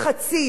ורק,